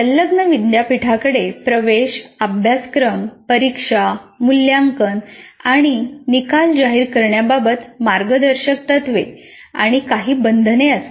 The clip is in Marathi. संलग्न विद्यापीठाकडे प्रवेश अभ्यासक्रम परीक्षा मूल्यांकन आणि निकाल जाहीर करण्याबाबत मार्गदर्शक तत्त्वे आणि काही बंधने असतील